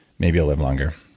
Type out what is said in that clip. maybe you'll live longer.